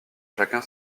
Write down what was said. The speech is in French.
chacun